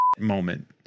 moment